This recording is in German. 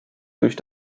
durch